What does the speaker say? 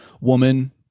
woman